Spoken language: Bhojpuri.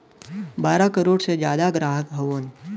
बारह करोड़ से जादा ग्राहक हउवन